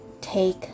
Take